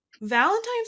Valentine's